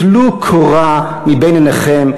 טלו קורה מבין עיניכם.